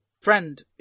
friend